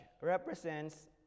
represents